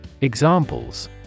Examples